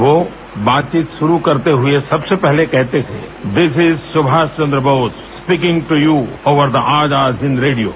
वो बातचीत शुरू करते हुए सबसे पहले कहते थे this is Subhash Chandra Bose speaking to you over the Azad Hind radio